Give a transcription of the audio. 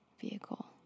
vehicle